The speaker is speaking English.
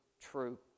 true